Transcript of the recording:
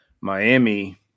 Miami